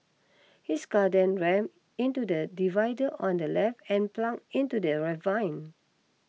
his car then rammed into the divider on the left and plunged into the ravine